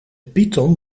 python